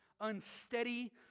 unsteady